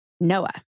Noah